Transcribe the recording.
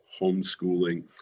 homeschooling